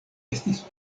estis